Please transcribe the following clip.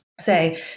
say